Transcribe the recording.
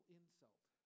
insult